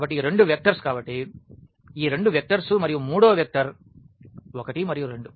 ఈ రెండు వెక్టర్స్ కాబట్టి ఈ రెండు వెక్టర్స్ మరియు మూడవ వెక్టర్ 1 మరియు 2